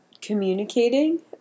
communicating